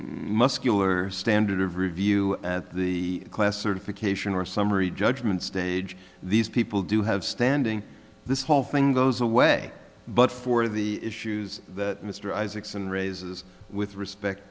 muscular standard of review the class certification or summary judgment stage these people do have standing this whole thing goes away but for the issues that mr isaacson raises with respect